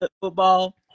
football